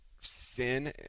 sin